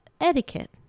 etiquette